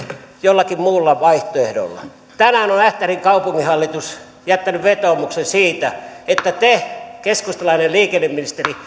jollakin muulla vaihtoehdolla tänään on ähtärin kaupunginhallitus jättänyt vetoomuksen siitä että te keskustalainen liikenneministeri